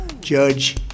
Judge